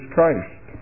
Christ